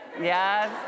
Yes